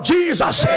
Jesus